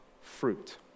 fruit